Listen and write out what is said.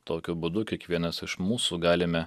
tokiu būdu kiekvienas iš mūsų galime